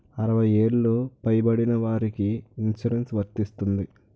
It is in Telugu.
అరవై ఏళ్లు పై పడిన వారికి ఇన్సురెన్స్ వర్తిస్తుందా?